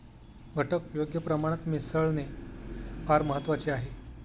घटक योग्य प्रमाणात मिसळणे फार महत्वाचे आहे